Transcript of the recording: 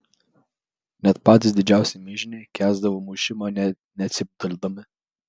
net patys didžiausi mižniai kęsdavo mušimą nė necypteldami